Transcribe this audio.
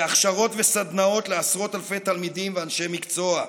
להכשרות וסדנאות לעשרות אלפי תלמידים ואנשי מקצוע.